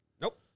Nope